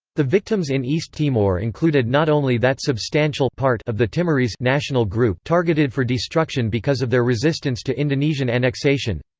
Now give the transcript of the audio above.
the victims in east timor included not only that substantial part of the timorese national group targeted for destruction because of their resistance to indonesian annexation.